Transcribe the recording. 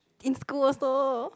in school also